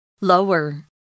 Lower